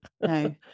no